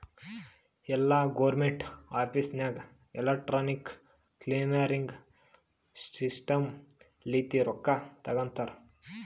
ಎಲ್ಲಾ government office ನಾಗ್ electronic clearing system ಲಿಂತೆ ರೊಕ್ಕಾ ತೊಗೋತಾರ